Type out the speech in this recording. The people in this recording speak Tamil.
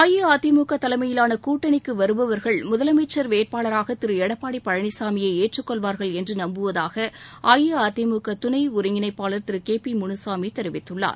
அஇஅதிமுக தலைமையிலான கூட்டணிக்கு வருபவர்கள் முதலமைச்சர் வேட்பாளராக திரு எடப்பாடி பழனிசாமியை ஏற்றுக்கொள்வார்கள் என்று நம்புவதாக அஇஅதிமுக துணை ஒருங்கிணைப்பாளர் திரு கே பி முனுசாமி தெரிவித்துள்ளார்